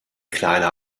kleiner